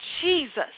jesus